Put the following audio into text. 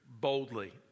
boldly